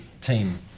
team